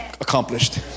accomplished